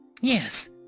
Yes